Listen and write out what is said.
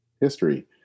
history